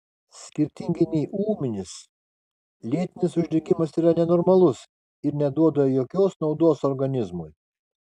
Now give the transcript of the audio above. skirtingai nei ūminis lėtinis uždegimas yra nenormalus ir neduoda jokios naudos organizmui